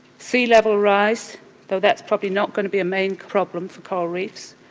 sea level rise though that's probably not going to be a main problem for coral reefs